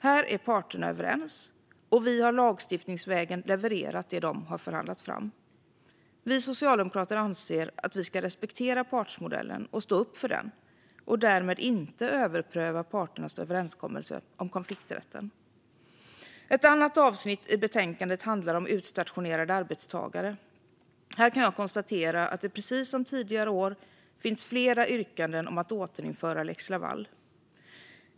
Här är parterna överens, och vi har lagstiftningsvägen levererat det som de har förhandlat fram. Vi socialdemokrater anser att vi ska respektera partsmodellen och stå upp för den och därmed inte överpröva parternas överenskommelse om konflikträtten. Ett annat avsnitt i betänkandet handlar om utstationerade arbetstagare. Här kan jag konstatera att det, precis som tidigare år, finns flera yrkanden om att återinföra lex Laval.